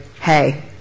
hey